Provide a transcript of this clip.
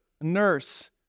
nurse